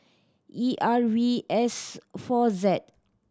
E R V S four Z